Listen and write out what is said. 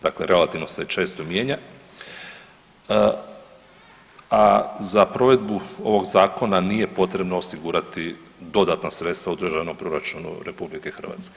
Dakle, relativno se često mijenja, a za provedbu ovog zakona nije potrebno osigurati dodatna sredstva u Državnom proračunu RH.